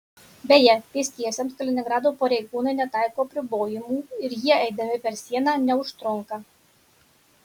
beje pėstiesiems kaliningrado pareigūnai netaiko apribojimų ir jie eidami per sieną neužtrunka